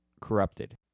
corrupted